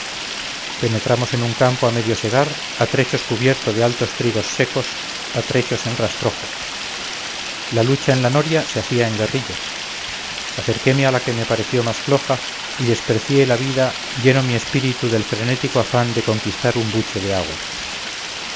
penetramos en un campo a medio segar a trechos cubierto de altos trigos secos atrechos en rastrojo la lucha en la noria se hacía en guerrillas acerqueme a la que me pareció más floja y desprecié la vida lleno mi espíritu del frenético afán de conquistar un buche de agua